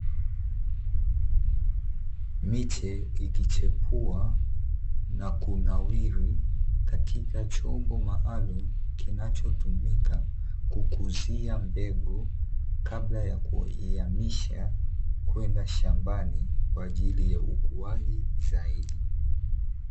Miche ikichipua na kunawiri katika chombo maalumu kinachotumika kukuzia mbegu, kabla ya kuiamisha kwenda shambani kwa ajili ya ukuaji zaidi.